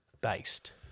based